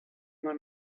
man